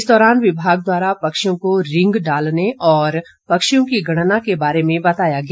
इस दौरान विभाग द्वारा पक्षियों को रिंग डालने और पक्षियों की गणना के बारे में बताया गया